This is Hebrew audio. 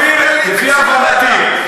לפי הבנתי,